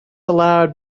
allowed